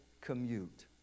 commute